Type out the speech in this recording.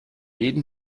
jedem